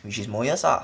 which is moyes ah